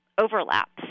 overlaps